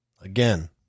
Again